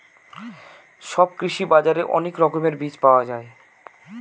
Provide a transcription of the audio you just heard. সব কৃষি বাজারে অনেক রকমের বীজ পাওয়া যায়